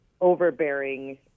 overbearing